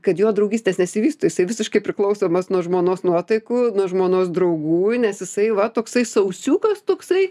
kad jo draugystės nesivysto jisai visiškai priklausomas nuo žmonos nuotaikų nuo žmonos draugų nes jisai va toksai sausiukas toksai